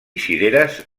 cireres